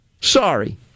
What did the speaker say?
Sorry